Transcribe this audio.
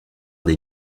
des